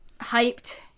hyped